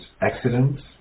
accidents